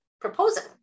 proposing